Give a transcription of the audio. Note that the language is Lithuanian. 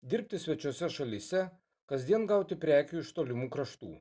dirbti svečiose šalyse kasdien gauti prekių iš tolimų kraštų